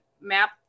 map